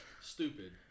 stupid